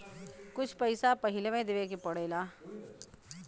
कुछ पैसा पहिले देवे के पड़ेला